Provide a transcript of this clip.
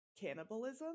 cannibalism